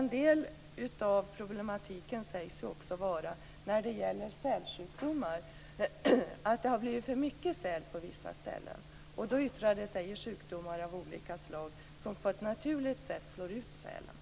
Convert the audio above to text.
En del av problematiken när det gäller sälsjukdomar sägs också vara att det har blivit för mycket säl på vissa ställen. Då yttrar det sig i sjukdomar av olika slag som på ett naturligt sätt slår ut sälen.